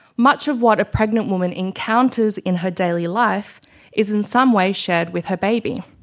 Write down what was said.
much of what a pregnant woman encounters in her daily life is in some way shared with her baby.